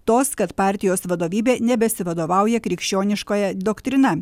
tos kad partijos vadovybė nebesivadovauja krikščioniškąja doktrina